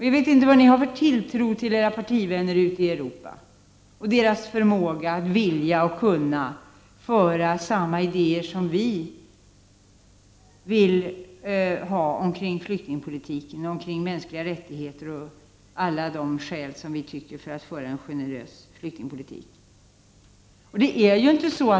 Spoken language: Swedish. Jag vet inte vad ni har för tilltro till era partivänner ute i Europa och till deras förmåga att vilja och kunna föra fram samma idéer som vi har om flyktingpolitiken, mänskliga rättigheter och sådant som vi tycker är viktigt för en generös flyktingpolitik.